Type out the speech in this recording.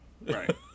right